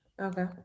Okay